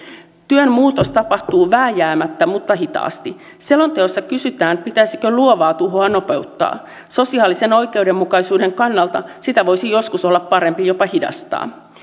työn muutos tapahtuu vääjäämättä mutta hitaasti selonteossa kysytään pitäisikö luovaa tuhoa nopeuttaa sosiaalisen oikeudenmukaisuuden kannalta sitä voisi joskus olla parempi jopa hidastaa